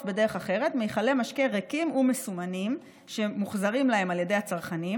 בדרך אחרת מכלי משקה ריקים ומסומנים שמוחזרים להם על ידי הצרכנים,